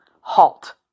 Halt